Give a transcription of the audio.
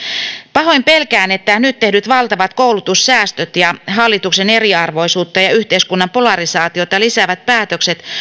pahoin pelkään että nyt tehdyt valtavat koulutussäästöt ja hallituksen eriarvoisuutta ja yhteiskunnan polarisaatiota lisäävät päätökset